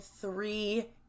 three